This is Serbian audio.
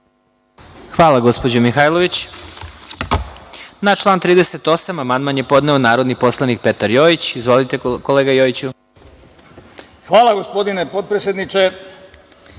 Hvala, gospodine potpredsedniče. Da